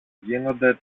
γίνονται